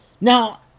Now